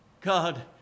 God